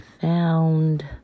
found